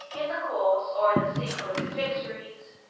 in the course, or in the sequel of his victories,